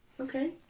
okay